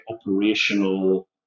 operational